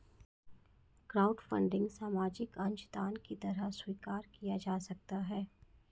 crowdfunding सामाजिक अंशदान की तरह स्वीकार किया जा सकता है